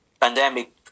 pandemic